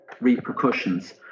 repercussions